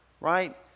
Right